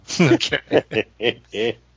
Okay